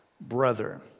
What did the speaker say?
brother